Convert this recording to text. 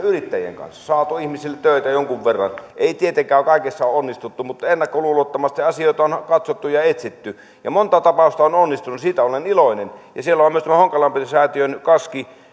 yrittäjien kanssa saaneet ihmisille töitä jonkun verran ei tietenkään kaikessa ole onnistuttu mutta ennakkoluulottomasti asioita on on katsottu ja etsitty ja monta tapausta on onnistunut siitä olen iloinen siellä on myös tämä honkalampi säätiön kaski